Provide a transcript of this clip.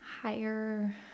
higher